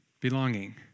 belonging